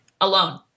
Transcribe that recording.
alone